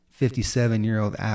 57-year-old